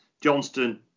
Johnston